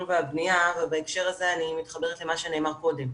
והבניה ובהקשר הזה אני מתחברת למה שנאמר קודם.